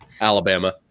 alabama